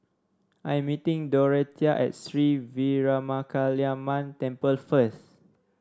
I am meeting Dorathea at Sri Veeramakaliamman Temple first